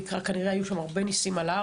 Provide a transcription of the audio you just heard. כנראה היו שם הרבה ניסים עד אז.